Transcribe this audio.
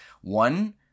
One